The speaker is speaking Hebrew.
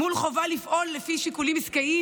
מול החובה לפעול לפי שיקולים עסקיים